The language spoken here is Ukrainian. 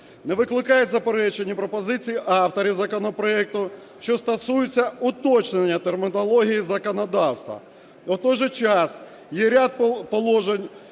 Не викликають заперечень і пропозиції авторів законопроекту, що стосуються уточнення термінології законодавства. А в той же час є ряд положень